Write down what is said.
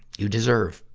you deserve,